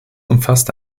umfasst